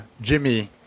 Jimmy